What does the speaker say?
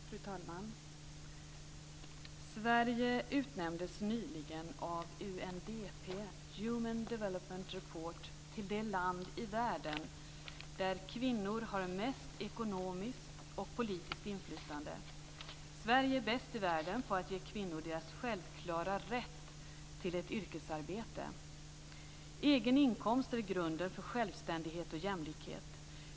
Fru talman! Sverige utnämndes nyligen av UNDP Human Development Report till det land i världen där kvinnor har mest ekonomiskt och politiskt inflytande. Sverige är bäst i världen på att ge kvinnor deras självklara rätt till ett yrkesarbete. Egen inkomst är grunden för självständighet och jämlikhet.